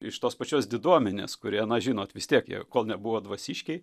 iš tos pačios diduomenės kurie na žinot vis tiek jie kol nebuvo dvasiškiai